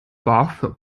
bafög